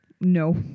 No